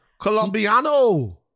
Colombiano